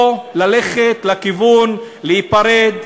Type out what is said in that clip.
או ללכת לכיוון של להיפרד: